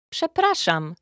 Przepraszam